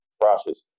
process